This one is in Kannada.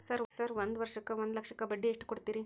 ಸರ್ ಒಂದು ವರ್ಷಕ್ಕ ಒಂದು ಲಕ್ಷಕ್ಕ ಎಷ್ಟು ಬಡ್ಡಿ ಕೊಡ್ತೇರಿ?